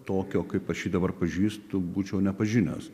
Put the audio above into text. tokio kaip aš jį dabar pažįstu būčiau nepažinęs